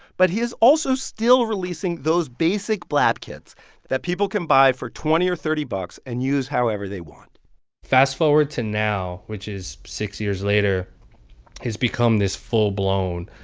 but he is also still releasing those basic blap kits that people can buy for twenty or thirty bucks and use however they want fast forward to now, which is six years later has become this full-blown,